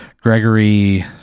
Gregory